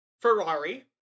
Ferrari